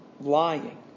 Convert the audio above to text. lying